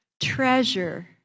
treasure